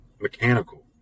mechanical